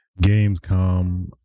Gamescom